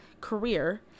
career